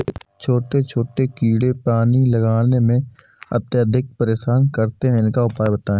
छोटे छोटे कीड़े पानी लगाने में अत्याधिक परेशान करते हैं इनका उपाय बताएं?